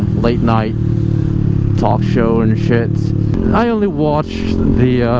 late-night talk show and shits i only watched the